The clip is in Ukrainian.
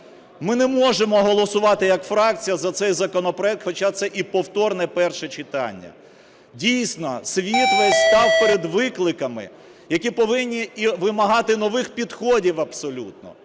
Ми не можемо голосувати як фракція за цей законопроект, хоча це і повторне перше читання. Дійсно, світ весь став перед викликами, які повинні вимагати і нових підходів абсолютно,